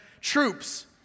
troops